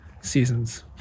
seasons